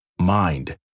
mind